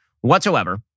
whatsoever